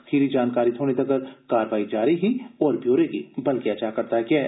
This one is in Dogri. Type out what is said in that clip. खीरी जानकारी थ्होने तगर कारवाई जारी ही होर ब्योरे गी बलगेआ जा'रदा ऐ